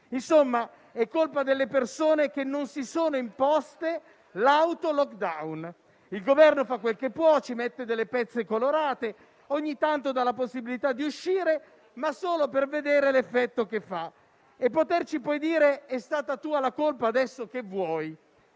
Insomma, è colpa delle persone che non si sono imposte l'auto *lockdown*. Il Governo fa quel che può; ci mette delle pezze colorate e ogni tanto dà la possibilità di uscire, ma solo per vedere l'effetto che fa e poterci poi dire: è stata tua la colpa, adesso che vuoi?